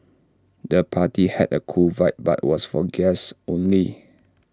the party had A cool vibe but was for guests only